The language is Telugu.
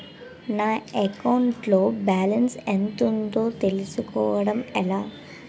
నా అకౌంట్ లో బాలన్స్ ఎంత ఉందో తెలుసుకోవటం ఎలా?